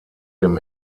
dem